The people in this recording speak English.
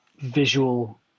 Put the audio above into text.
visual